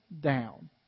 down